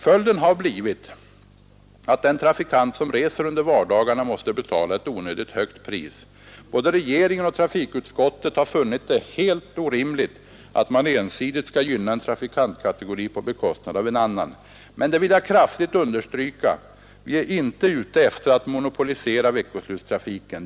Följden har blivit, att den trafikant som reser under vardagarna måste betala ett onödigt högt pris. Både regeringen och trafikutskottet har funnit det helt orimligt, att man ensidigt skall gynna en trafikantkategori på bekostnad av en annan. Men, det vill jag kraftigt understryka, vi är inte ute efter att monopolisera veckoslutstrafiken.